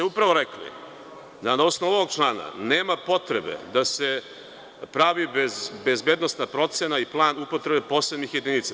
Upravo ste rekli da na osnovu ovog člana nema potrebe da se pravi bezbednosna procena i plan upotrebe posebnih jedinica.